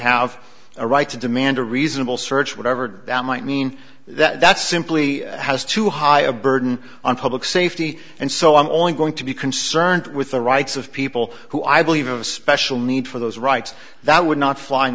have a right to demand a reasonable search whatever that might mean that simply has to high a burden on public safety and so i'm only going to be concerned with the rights of people who i believe a special need for those rights that would not fly in